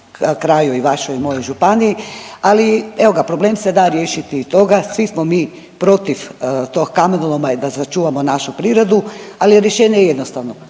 kraju i vašoj i mojoj županiji, ali evo ga problem se da riješiti i stoga svi smo mi protiv tog kamenoloma i da sačuvamo našu prirodu, ali rješenje je jednostavno